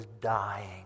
dying